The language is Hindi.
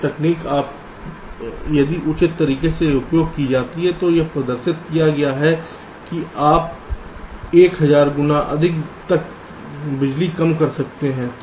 तो यह तकनीक यदि उचित तरीके से उपयोग की जाती है तो यह प्रदर्शित किया गया है कि आप 1000 गुना अधिक तक बिजली कम कर सकते हैं